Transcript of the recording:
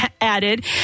added